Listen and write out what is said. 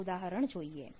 ના ઉદાહરણ જોઈએ